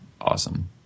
awesome